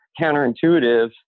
counterintuitive